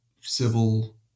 civil